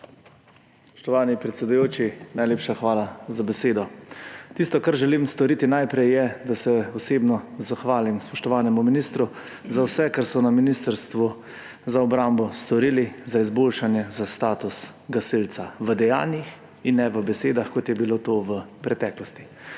Spoštovani predsedujoči, najlepša hvala za besedo. Tisto, kar želim storiti najprej, je, da se osebno zahvalim spoštovanemu ministru za vse, kar so na Ministrstvu za obrambo storili za izboljšanje statusa gasilca v dejanjih in ne v besedah, kot je bilo to v preteklosti.